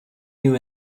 you